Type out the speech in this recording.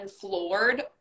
floored